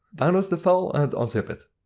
download the file and unzip it.